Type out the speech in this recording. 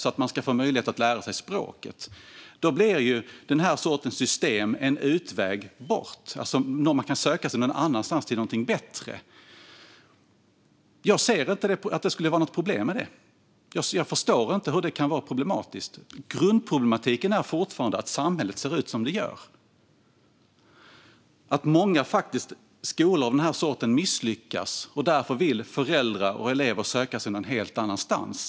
Då får eleven möjlighet att lära sig språket, och då blir den här sortens system en utväg. Man kan söka sig någon annanstans, till någonting bättre. Jag ser inte att det skulle vara något problem med detta. Jag förstår inte hur det kan vara problematiskt. Grundproblematiken är fortfarande att samhället ser ut som det gör. Många skolor av den här sorten misslyckas, och därför vill föräldrar och elever söka sig någon helt annanstans.